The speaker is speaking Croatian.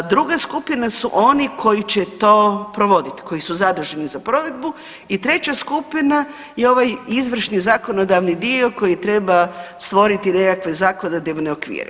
Druga skupina su oni koji će to provodit, koji su zaduženi za provedbu i treća skupina je ovaj izvršni zakonodavni dio koji treba stvoriti nekakve zakonodavne okvire.